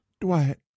Dwight